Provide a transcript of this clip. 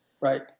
Right